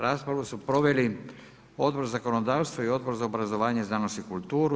Raspravu su proveli Odbor za zakonodavstvo i Odbor za obrazovanje, znanost i kulturu.